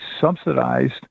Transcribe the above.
subsidized